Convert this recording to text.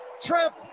trip